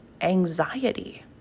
anxiety